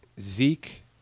Zeke